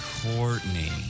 Courtney